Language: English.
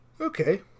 Okay